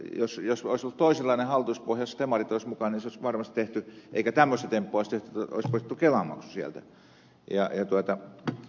jos olisi ollut toisenlainen hallituspohja jossa demarit olisivat mukana niin se olisi varmasti tehty eikä tämmöistä temppua olisi tehty että olisi poistettu kelamaksu sieltä